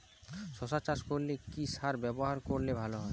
শশা চাষ করলে কি সার ব্যবহার করলে ভালো হয়?